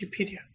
Wikipedia